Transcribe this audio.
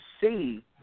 see